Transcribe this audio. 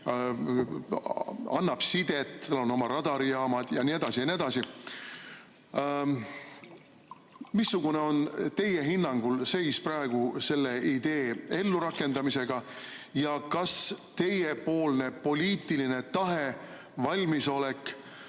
annab sidet, tal on oma radarijaamad jne, jne. Missugune on teie hinnangul seis praegu selle idee ellurakendamisega ning kas teie poliitiline tahe ja valmisolek